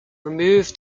removed